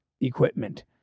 equipment